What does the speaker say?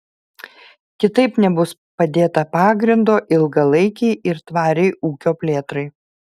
kitaip nebus padėta pagrindo ilgalaikei ir tvariai ūkio plėtrai